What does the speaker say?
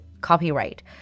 copyright